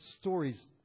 stories